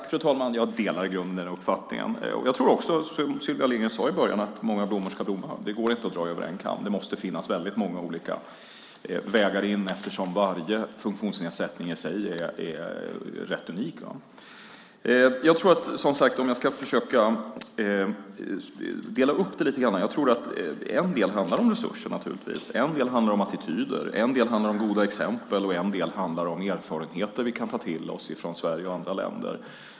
Fru talman! Jag delar i grunden den uppfattningen. Jag tror också, som Sylvia Lindgren sade i början, att många blommor ska blomma. Det går inte att dra alla över en kam. Det måste finnas väldigt många vägar in eftersom varje funktionsnedsättning i sig är rätt unik. Jag ska försöka dela upp detta lite grann. Jag tror att en del naturligtvis handlar om resurser, en del handlar om attityder, en del handlar om goda exempel, och en del handlar om erfarenheter som vi kan ta till oss från Sverige och andra länder.